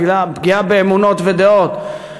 פגיעה באמונות ודעות.